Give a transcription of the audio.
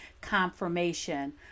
confirmation